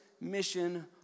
mission